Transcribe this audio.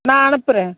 நான் அனுப்புறேன்